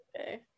Okay